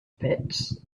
pits